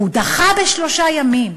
והוא דחה בשלושה ימים.